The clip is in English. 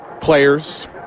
players